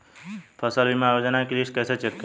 फसल बीमा योजना की लिस्ट कैसे चेक करें?